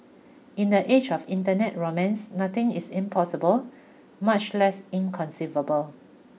in the age of internet romance nothing is impossible much less inconceivable